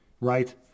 Right